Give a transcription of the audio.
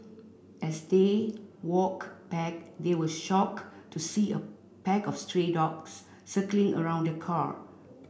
as they walked back they were shocked to see a pack of stray dogs circling around the car